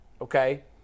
okay